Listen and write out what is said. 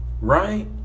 Right